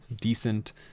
decent